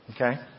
Okay